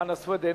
חנא סוייד,